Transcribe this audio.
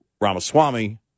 Ramaswamy